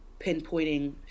pinpointing